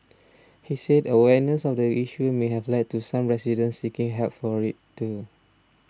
he said awareness of the issue may have led to some residents seeking help for it too